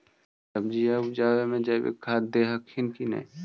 सब्जिया उपजाबे मे जैवीक खाद दे हखिन की नैय?